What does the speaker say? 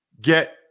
get